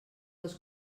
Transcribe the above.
dels